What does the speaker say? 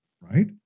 right